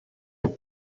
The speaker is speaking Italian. live